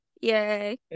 Yay